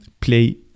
play